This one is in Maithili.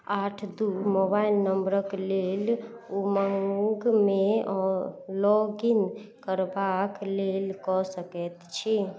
आठ दुइ मोबाइल नम्बरके लेल उमङ्गमे लॉगिन करबाक लेल कऽ सकै छी